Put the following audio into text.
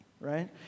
right